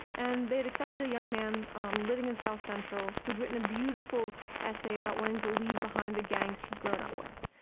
and they had accepted a young man um living in south central who'd written a beautiful essay about wanting to leave behind the gangs he'd grown up with.